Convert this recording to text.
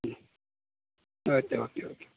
ಹ್ಞೂ okay okay okay